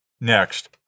Next